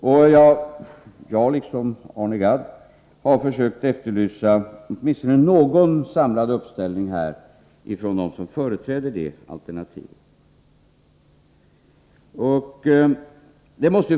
Jag har liksom Arne Gadd försökt efterlysa åtminstone någon samlad uppställning här från dem som företräder det borgerliga alternativet.